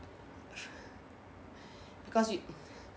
because you